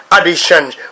addition